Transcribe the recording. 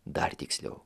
dar tiksliau